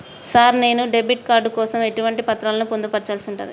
Sir నేను debit card కోసం ఎటువంటి పత్రాలను పొందుపర్చాల్సి ఉంటది?